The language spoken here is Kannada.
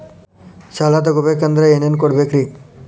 ಸಾಲ ತೊಗೋಬೇಕಂದ್ರ ಏನೇನ್ ಕೊಡಬೇಕ್ರಿ?